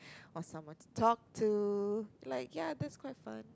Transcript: want someone to talk to like ya that's quite fun